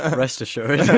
ah rest assured.